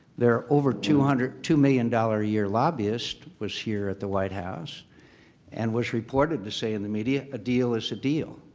their over two two million a year lobbyist was here at the white house and was reported to say in the media a deal is a deal.